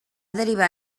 derivar